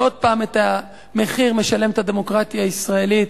ושוב, את המחיר משלמת הדמוקרטיה הישראלית,